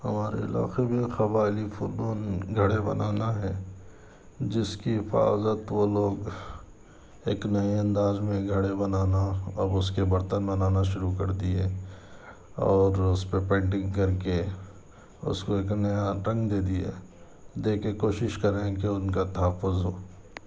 ہمارے علاقے میں قبائلی فنون گھڑے بنانا ہے جس کی حفاظت وہ لوگ ایک نئے انداز میں گھڑے بنانا اب اُس کے برتن بنانا شروع کر دئے اور اس پے پینٹنگ کر کے اُس کو ایک نیا رنگ دے دئے دے کے کوشش کر رہے ہیں کہ اُن کا تحفُظ ہو